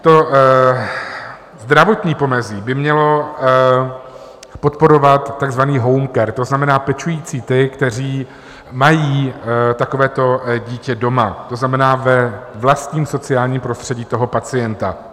To zdravotní pomezí by mělo podporovat takzvaný home care, to znamená pečující, ty, kteří mají takovéto dítě doma, to znamená ve vlastním sociálním prostředí pacienta.